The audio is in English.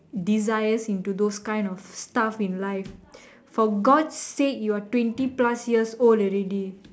desires into those kind of stuff in life for god's sake you are twenty plus years old already